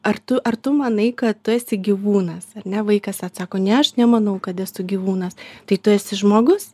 ar tu ar tu manai kad tu esi gyvūnas ar ne vaikas atsako ne aš nemanau kad esu gyvūnas tai tu esi žmogus